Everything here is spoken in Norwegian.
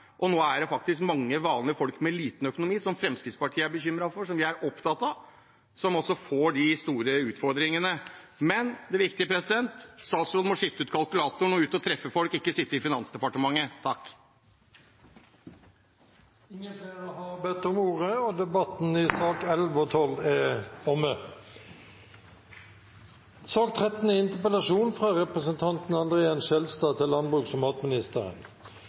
Nå er det mange vanlige folk med dårlig økonomi, som Fremskrittspartiet er bekymret for, og som vi er opptatt av, som får de store utfordringene. Men det viktige er at statsråden skifter ut kalkulatoren og går ut og treffer folk – ikke sitter i Finansdepartementet. Flere har ikke bedt om ordet til sakene nr. 11 og 12. Naturen er vår viktigste fornybare karbonbaserte ressurs, og den må brukes og forvaltes på en mest mulig effektiv og